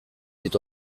dit